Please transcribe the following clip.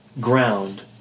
ground